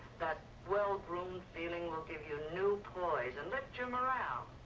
that well-groomed feeling will give you new poise and lift your morale,